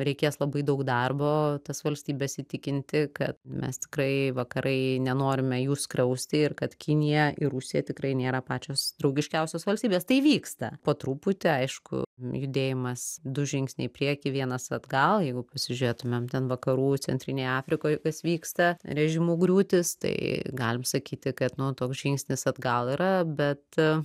reikės labai daug darbo tas valstybes įtikinti kad mes tikrai vakarai nenorime jų skriausti ir kad kinija ir rusija tikrai nėra pačios draugiškiausios valstybės tai vyksta po truputį aišku judėjimas du žingsniai į priekį vienas atgal jeigu pasižiūrėtumėm ten vakarų centrinėje afrikoje kas vyksta režimų griūtys tai galime sakyti kad nu toks žingsnis atgal yra bet